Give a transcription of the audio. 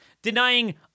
denying